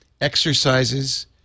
exercises